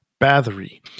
Bathory